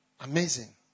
amazing